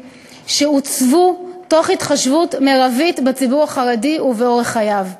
שעוצבו מתוך התחשבות מרבית בציבור החרדי ובאורח חייו.